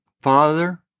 Father